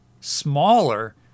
smaller